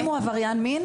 אם הוא עבריין מין,